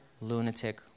lunatic